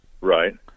Right